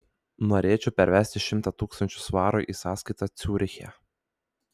norėčiau pervesti šimtą tūkstančių svarų į sąskaitą ciuriche